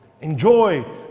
Enjoy